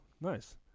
nice